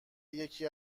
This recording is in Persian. یکی